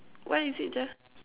why is it